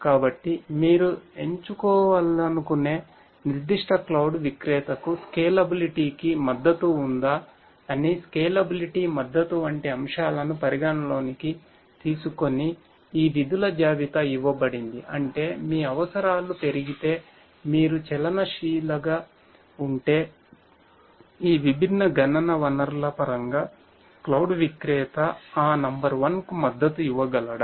కాబట్టి మీరు ఎంచుకోవాలనుకునే నిర్దిష్ట క్లౌడ్ విక్రేత ఆ నంబర్ వన్కు మద్దతు ఇవ్వగలడా